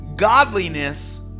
Godliness